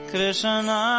Krishna